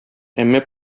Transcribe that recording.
әмма